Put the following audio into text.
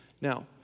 Now